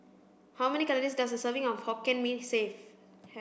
how many calories does a serving of Hokkien Mee save